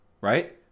right